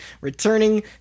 returning